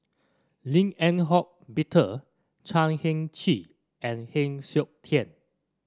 Lim Eng Hock Peter Chan Heng Chee and Heng Siok Tian